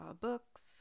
books